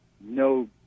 no